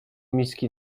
miski